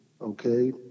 okay